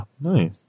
Nice